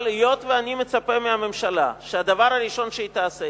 אבל היות שאני מצפה מהממשלה שהדבר הראשון שהיא תעשה